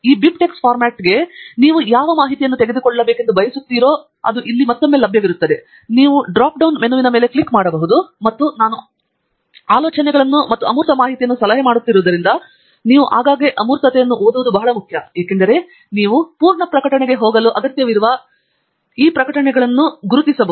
ಈ BibTeX ಫಾರ್ಮ್ಯಾಟ್ಗೆ ನೀವು ಯಾವ ಮಾಹಿತಿಯನ್ನು ತೆಗೆದುಕೊಳ್ಳಬೇಕೆಂದು ಬಯಸುತ್ತೀರೋ ಇಲ್ಲಿ ಮತ್ತೊಮ್ಮೆ ಲಭ್ಯವಿರುತ್ತದೆ ನೀವು ಡ್ರಾಪ್ ಡೌನ್ ಮೆನುವಿನ ಮೇಲೆ ಕ್ಲಿಕ್ ಮಾಡಬಹುದು ಮತ್ತು ನಾನು ಆಲೋಚನೆಗಳನ್ನು ಮತ್ತು ಅಮೂರ್ತ ಮಾಹಿತಿಯನ್ನು ಸಲಹೆ ಮಾಡುತ್ತಿರುವುದರಿಂದ ನೀವು ಆಗಾಗ್ಗೆ ಅಮೂರ್ತತೆಯನ್ನು ಓದುವುದು ಬಹಳ ಮುಖ್ಯ ಏಕೆಂದರೆ ನೀವು ಪೂರ್ಣ ಪ್ರಕಟಣೆಗೆ ಹೋಗಲು ಅಗತ್ಯವಿರುವ ಈ ಪ್ರಕಟಣೆಗಳ ನಡುವೆ ನಾವು ಗುರುತಿಸಬಹುದು